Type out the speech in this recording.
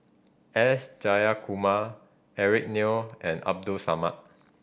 S Jayakumar Eric Neo and Abdul Samad